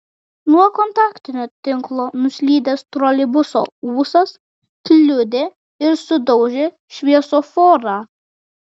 nuo kontaktinio tinklo nuslydęs troleibuso ūsas kliudė ir sudaužė šviesoforą